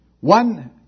One